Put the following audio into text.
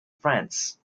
france